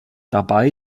dabei